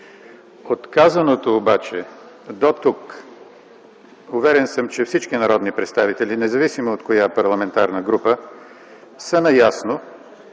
От казаното дотук обаче уверен съм, че всички народни представители, независимо от коя парламентарна група, са наясно,